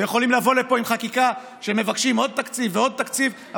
ויכולים לבוא לפה עם חקיקה שמבקשים עוד תקציב ועוד תקציב,